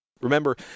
Remember